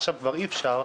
עכשיו כבר אי אפשר,